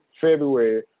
February